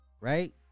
right